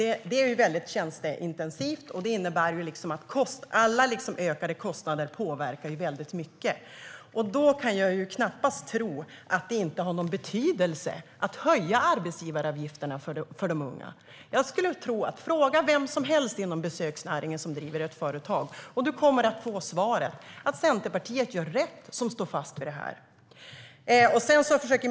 Den är väldigt tjänsteintensiv, och det innebär att alla ökade kostnader påverkar väldigt mycket. Då kan jag knappast tro att det inte har någon betydelse att arbetsgivaravgifterna för de unga höjs. Jag skulle tro att du kan fråga vem som helst inom besöksnäringen som driver ett företag, och du kommer att få svaret att Centerpartiet gör rätt som står fast vid det här.